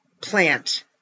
plant